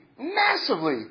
massively